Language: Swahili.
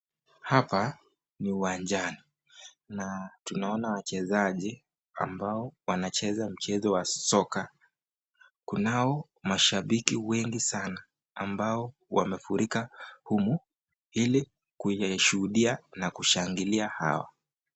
Hapa ni uwanjani na tunaona wachezaji wanacheza mchezo wa soccer . Kunao mashabiki wengi sanaa ambao wamefurika humu ili kushuhudia na kushangilia hawa.